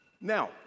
Now